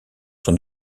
son